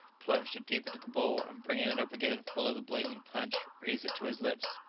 plunged it deep into the bowl, and bringing it up again full of the blazing punch, raised it to his lips.